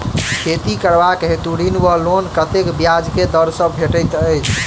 खेती करबाक हेतु ऋण वा लोन कतेक ब्याज केँ दर सँ भेटैत अछि?